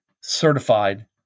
certified